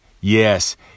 Yes